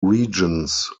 regions